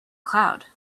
cloud